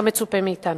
כמצופה מאתנו.